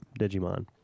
Digimon